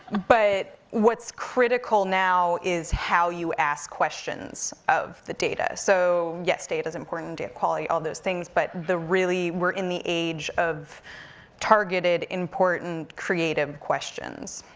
but what's critical now is how you ask questions of the data. so yes, data's important, data quality, all those things, but the really, we're in the age of targeted, important, creative questions.